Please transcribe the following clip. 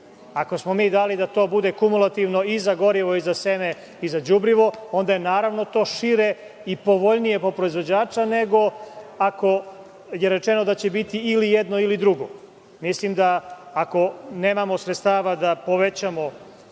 smo mi dali da to bude kumulativno i za gorivo, i za seme, i za đubrivo, onda je, naravno, to šire i povoljnije po proizvođača, nego ako je rečeno da će biti ili jedno ili drugo. Mislim da ako nemamo sredstava da povećamo